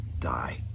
die